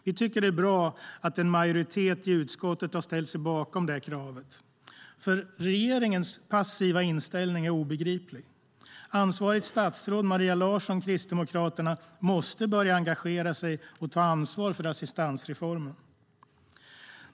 Vi tycker att det är bra att en majoritet i utskottet har ställt sig bakom detta krav, för regeringens passiva inställning är obegriplig. Ansvarigt statsråd Maria Larsson, Kristdemokraterna, måste börja engagera sig och ta ansvar för assistansreformen.